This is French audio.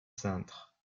cintre